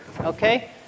Okay